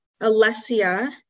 alessia